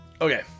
okay